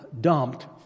dumped